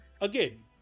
Again